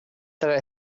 that